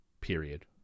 period